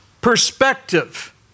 perspective